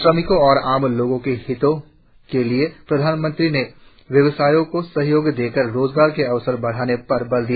श्रमिकों और आम लोगों के हित के लिए प्रधानमंत्री ने व्यवसायों को सहयोग देकर रोजगार के अवसर बढाने पर बल दिया